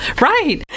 right